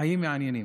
חיים מעניינים.